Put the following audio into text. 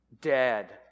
dead